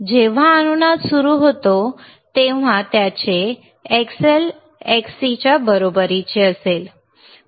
जेव्हा अनुनाद सुरू होतो तेव्हा त्यांचे Xl Xc च्या बरोबरीचे असेल